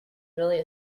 really